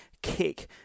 Kick